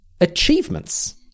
Achievements